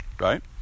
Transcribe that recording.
right